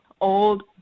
old